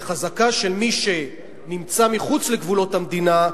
שחזקה שמי שנמצא מחוץ לגבולות המדינה,